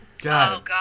God